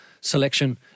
selection